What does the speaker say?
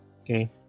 Okay